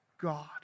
God